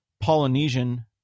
Polynesian